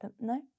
No